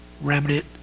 remnant